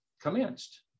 commenced